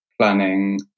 planning